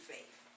Faith